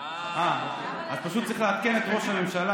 אז פשוט צריך לעדכן את ראש הממשלה,